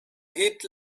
heat